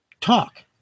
talk